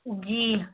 جی